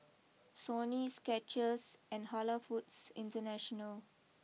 Sony Skechers and Halal Foods International